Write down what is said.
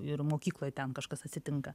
ir mokykloj ten kažkas atsitinka